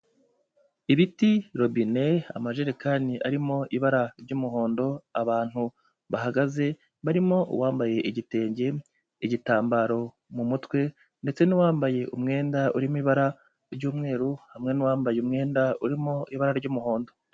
Ibiti, robine, amajerekani arimo ibara ry'umuhondo, abantu bahagaze barimo uwambaye igitenge, igitambaro mu mutwe ndetse n'uwambaye umwenda urimo ibara ry'umweru, hamwe n'uwambaye umwenda urimo ibara ry'umuhondo.